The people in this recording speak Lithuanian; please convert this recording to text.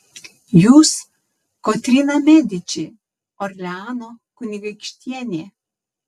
jūs kotryna mediči orleano kunigaikštienė